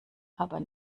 aber